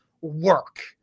work